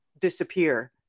disappear